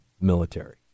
military